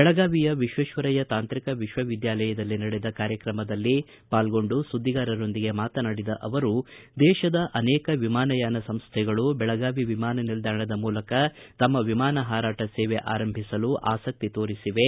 ಬೆಳಗಾವಿಯ ವಿಶ್ವೇಶ್ವರಯ್ಯ ತಾಂತ್ರಿಕ ವಿಶ್ವವಿದ್ಯಾಲಯದಲ್ಲಿ ನಡೆದ ಕಾರ್ಯಕ್ರಮದಲ್ಲಿ ಪಾಲ್ಗೊಂಡು ಸುದ್ವಿಗಾರರೊಂದಿಗೆ ಮಾತನಾಡಿದ ಅವರು ದೇಶದ ಅನೇಕ ವಿಮಾನಯಾನ ಸಂಸ್ಟೆಗಳು ಬೆಳಗಾವಿ ವಿಮಾನ ನಿಲ್ದಾಣದ ಮೂಲಕ ತಮ್ಮ ವಿಮಾನ ಹಾರಾಟ ಸೇವೆ ಆರಂಭಿಸಲು ಆಸಕ್ತಿ ತೋರಿಸಿವೆ